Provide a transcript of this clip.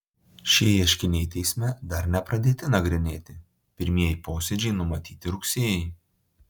šie ieškiniai teisme dar nepradėti nagrinėti pirmieji posėdžiai numatyti rugsėjį